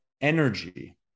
energy